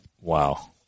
Wow